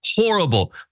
horrible